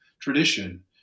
tradition